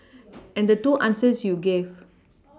and the two answers you gave